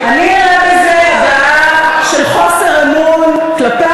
אני אראה בזה הבעה של חוסר אמון כלפי